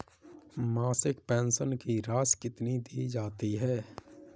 मासिक पेंशन की राशि कितनी दी जाती है?